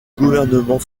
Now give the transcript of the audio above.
gouvernement